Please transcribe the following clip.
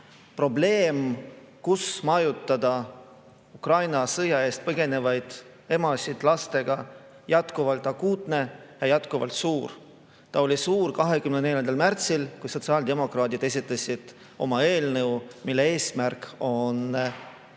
probleem, kus majutada Ukraina sõja eest põgenevaid emasid lastega, on jätkuvalt akuutne ja jätkuvalt suur. See oli suur 24. märtsil, kui sotsiaaldemokraadid esitasid oma eelnõu, mille eesmärk on toetada